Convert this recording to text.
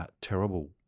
terrible